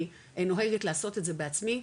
אני נוהגת לעשות את זה בעצמי,